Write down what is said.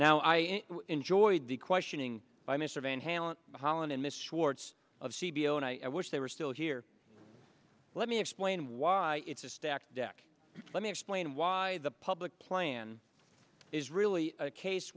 now i enjoyed the questioning by mr van hanlon holland and miss wards of c b l and i wish they were still here let me explain why it's a stacked deck let me explain why the public plan is really a case